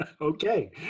Okay